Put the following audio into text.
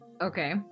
Okay